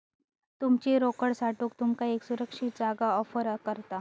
तुमची रोकड साठवूक तुमका एक सुरक्षित जागा ऑफर करता